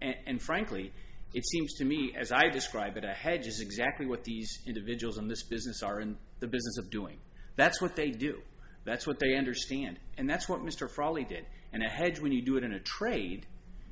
and and frankly it seems to me as i describe it a hedge is exactly what these individuals in this business are in the business of doing that's what they do that's what they i understand and that's what mr frawley did and a hedge when you do it in a trade